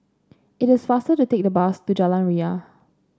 it is faster to take the bus to Jalan Ria